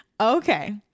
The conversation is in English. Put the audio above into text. Okay